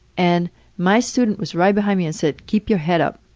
and my student was right behind me and said, keep your head up.